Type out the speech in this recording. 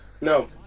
No